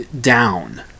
down